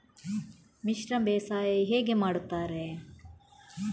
ಮಿಶ್ರ ಬೇಸಾಯ ಹೇಗೆ ಮಾಡುತ್ತಾರೆ?